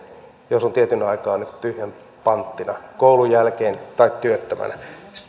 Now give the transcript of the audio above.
jos on tietyn aikaa tyhjän panttina koulun jälkeen tai työttömänä